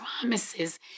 promises